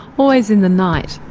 always in the night,